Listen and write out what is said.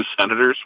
senators